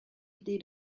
idée